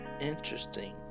Interesting